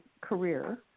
career